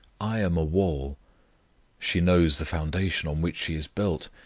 i am a wall she knows the foundation on which she is built,